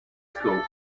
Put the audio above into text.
schools